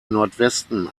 nordwesten